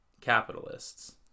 capitalists